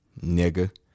Nigga